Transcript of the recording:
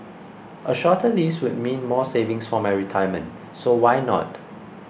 a shorter lease would mean more savings for my retirement so why not